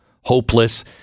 hopeless